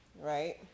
right